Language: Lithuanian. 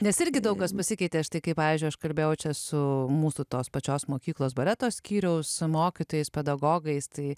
nes irgi daug kas pasikeitė aš tai kaip pavyzdžiui aš kalbėjau čia su mūsų tos pačios mokyklos baleto skyriaus mokytojais pedagogais tai